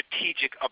strategic